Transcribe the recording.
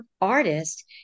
artist